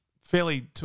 fairly